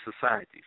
societies